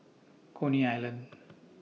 Coney Island